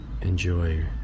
enjoy